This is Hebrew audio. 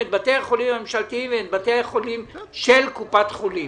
את בתי החולים הממשלתיים ואת בתי החולים של קופת חולים.